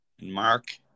Mark